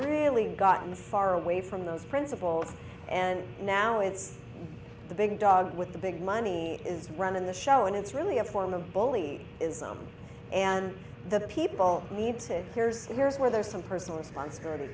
really gotten far away from those principles and now it's the big dog with the big money is running the show and it's really a form of bully ism and the people need to here's here's where there's some personal responsibility